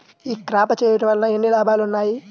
ఈ క్రాప చేయుట వల్ల ఎన్ని లాభాలు ఉన్నాయి?